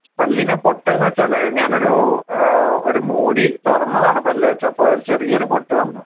പല്ലിന് പൊട്ടലെന്നുവെച്ചാല് ഞാനൊരൂ ഒരു മൂടി തുറന്നതാണ് പല്ല് വെച്ച് അപ്പോളളൊരു ചെറിയൊരു പൊട്ട് വന്നു